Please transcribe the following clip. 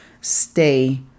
stay